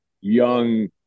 young